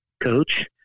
coach